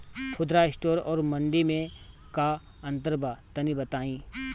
खुदरा स्टोर और मंडी में का अंतर बा तनी बताई?